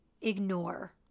ignore